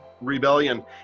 Rebellion